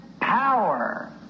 power